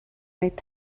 beidh